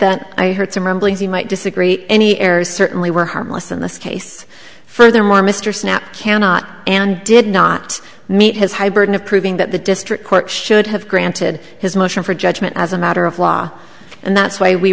that i heard some rumblings you might disagree any errors certainly were harmless in this case furthermore mr snapp cannot and did not meet his high burden of proving that the district court should have granted his motion for judgment as a matter of law and that's why we